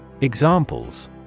Examples